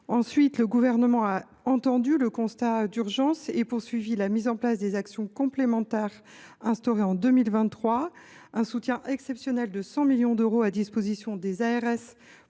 Ensuite, le Gouvernement a pris acte du constat d’urgence et a poursuivi la mise en place des actions complémentaires instaurées en 2023 : un soutien exceptionnel de 100 millions d’euros à destination des